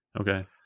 Okay